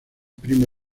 prima